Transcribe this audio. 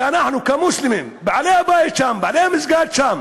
אנחנו כמוסלמים, בעלי הבית שם, בעלי המסגד שם,